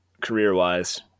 career-wise